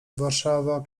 warszawa